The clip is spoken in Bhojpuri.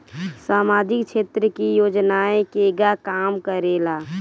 सामाजिक क्षेत्र की योजनाएं केगा काम करेले?